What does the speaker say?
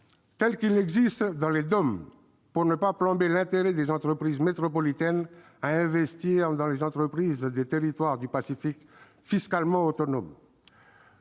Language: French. cela existe dans les DOM, pour ne pas plomber l'intérêt des entreprises métropolitaines à investir dans les entreprises des territoires du Pacifique, fiscalement autonomes.